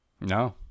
No